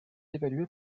évalué